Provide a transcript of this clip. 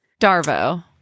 Darvo